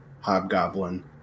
Hobgoblin